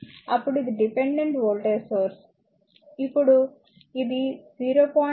ఇప్పుడు ఇది dependent voltage source ఇప్పుడు ఇది 0